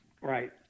Right